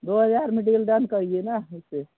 दो हज़ार में डील डन करिए ना हम से